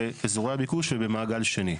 באזורי הביקוש ובמעגל שני.